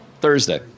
Thursday